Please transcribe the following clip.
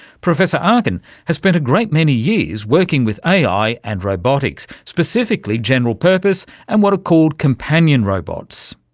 professor arkin has spent a great many years working with ai and robotics, specifically general-purpose and what are called companion robots.